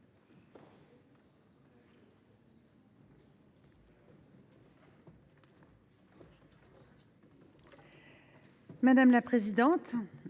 Madame la présidente,